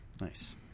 Nice